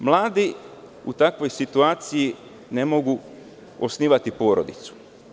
Mladi u takvoj situaciju ne mogu osnivati porodicu.